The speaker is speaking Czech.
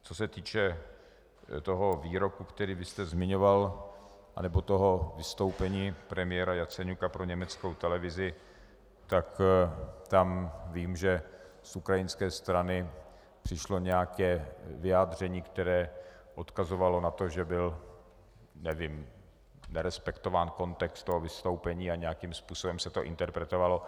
Co se týče toho výroku, který vy jste zmiňoval, nebo toho vystoupení premiéra Jaceňuka pro německou televizi, tak tam vím, že z ukrajinské strany přišlo nějaké vyjádření, které odkazovalo na to, že byl nevím nerespektován kontext toho vystoupení a nějakým způsobem se to interpretovalo.